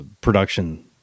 production